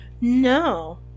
No